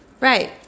Right